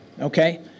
okay